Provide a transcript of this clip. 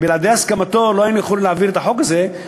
כי בלי הסכמתו לא היינו יכולים להעביר את החוק הזה,